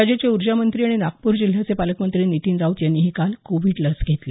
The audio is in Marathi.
राज्याचे ऊर्जामंत्री आणि नागपूर जिल्ह्याचे पालकमंत्री नीतीन राऊत यांनीही काल कोविड लस घेतली